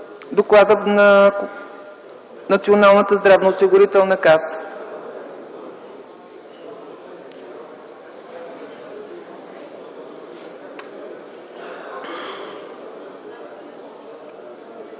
на Националната здравноосигурителна каса.